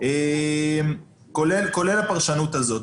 כולל הפרשנות הזאת.